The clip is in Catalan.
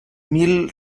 mil